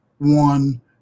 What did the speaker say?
one